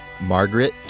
Margaret